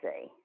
see